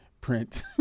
print